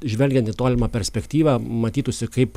žvelgiant į tolimą perspektyvą matytųsi kaip